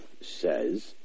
says